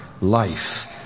life